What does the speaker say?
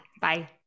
Bye